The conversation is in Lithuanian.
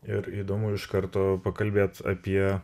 ir įdomu ir iš karto pakalbėt apie